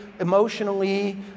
Emotionally